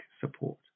support